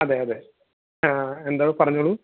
അതെയതെ ആ എന്താണ് പറഞ്ഞോളൂ